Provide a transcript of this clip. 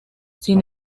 sin